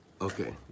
Okay